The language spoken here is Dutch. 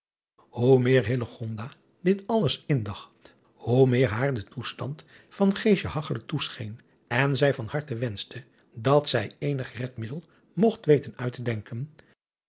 oe meer dit alles indacht hoe meer haar de toestand van hagchelijk toescheen en zij van harte wenschte dat zij eenig redmiddel mogt weten uit te denken